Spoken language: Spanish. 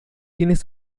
quienes